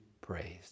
praised